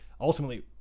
Ultimately